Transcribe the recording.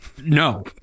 No